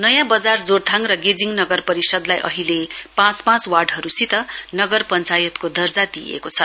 नयाँ वजार जोरथाङ र गेजिङ नगरपरिषदलाई अहिले पाँच पाँच वार्डहरुसित नगर पञ्चायतको दर्जा दिइएको छ